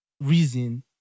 reason